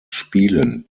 spielen